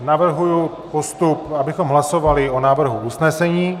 Navrhuji postup, abychom hlasovali o návrhu usnesení.